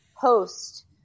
post